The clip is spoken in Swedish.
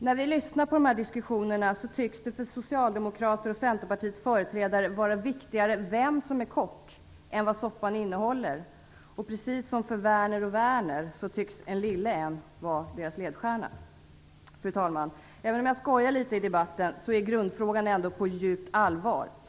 När man lyssnar på dessa diskussioner tycks det för Socialdemokraternas och Centerns företrädare vara viktigare vem som är kock än vad soppan innehåller. Precis som för Werner och Werner tycks "en lille en" vara ledstjärnan. Fru talman! Även om jag skojar litet i debatten är grundfrågan ändå på djupt allvar.